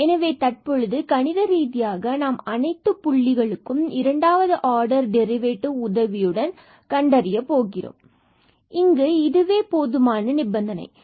எனவே தற்பொழுது கணித ரீதியாக நாம் அனைத்து புள்ளிகளுக்கும் இரண்டாவது ஆர்டர் டெரிவேட்டிவ் உதவியுடன் கண்டறிய போகிறோம் எனவே இங்கு இதுவே போதுமான நிபந்தனையாகும்